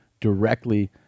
directly